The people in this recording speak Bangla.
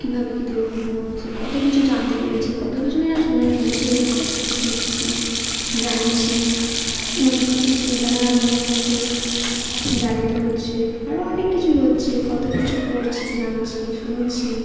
কীভাবে কী দুর্ঘটনা হয়েছে কতো কিছু জানতে পেরেছি কতো কিছুই না শুনে বুঝে শিখছি জানছি নতুন নতুন চিন্তাধারা মনের মধ্যে জাগিত হচ্ছে আরো অনেক কিছুই হচ্ছে কতো কিছু পড়ছি জানছি শুনছি